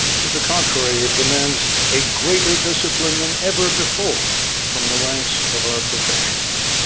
to the contrary, it demands a greater discipline than ever before from the ranks of our professionals.